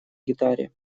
гитаре